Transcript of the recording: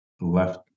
left